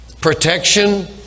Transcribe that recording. protection